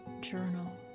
journal